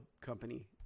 company